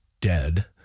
dead